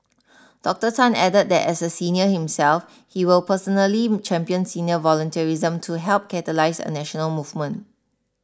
Doctor Tan added that as a senior himself he will personally champion senior volunteerism to help catalyse a national movement